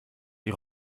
die